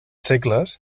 segles